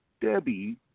Debbie